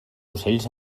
ocells